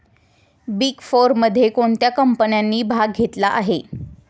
Big फोरमध्ये कोणत्या कंपन्यांनी भाग घेतला आहे?